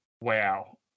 Wow